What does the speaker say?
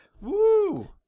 Woo